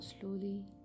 slowly